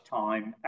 time